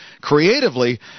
creatively